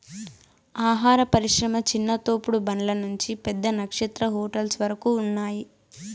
ఆహార పరిశ్రమ చిన్న తోపుడు బండ్ల నుంచి పెద్ద నక్షత్ర హోటల్స్ వరకు ఉన్నాయ్